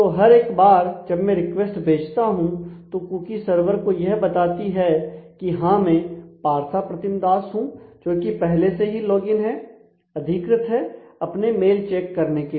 तो हर एक बार जब मैं रिक्वेस्ट भेजता हूं तो कुकी सर्वर को यह बताती है कि हां मैं पार्था प्रतिम दास हूं जोकि पहले से ही लॉगइन है अधिकृत है अपने मेल चेक करने के लिए